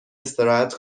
استراحت